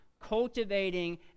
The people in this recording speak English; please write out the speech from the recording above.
cultivating